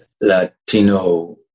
Latino